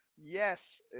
yes